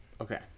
Okay